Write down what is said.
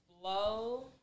flow